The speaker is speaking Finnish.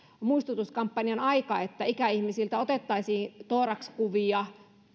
muistutuskampanjan aika että ikäihmisiltä otettaisiin thorax kuvia